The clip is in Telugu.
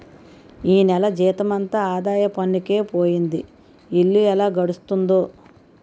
ఈ నెల జీతమంతా ఆదాయ పన్నుకే పోయింది ఇల్లు ఎలా గడుస్తుందో